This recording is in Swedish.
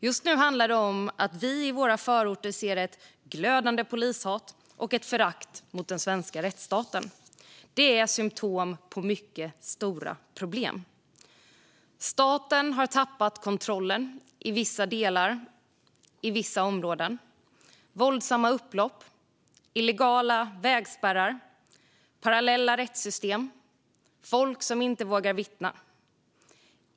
Just nu handlar det om att vi i våra förorter ser ett glödande polishat och ett förakt mot den svenska rättsstaten. Det är symtom på mycket stora problem. Staten har tappat kontrollen i vissa områden. Våldsamma upplopp, illegala vägspärrar och parallella rättssystem förekommer, och folk vågar inte vittna.